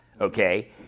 okay